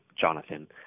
Jonathan